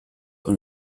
und